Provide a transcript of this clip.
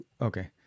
Okay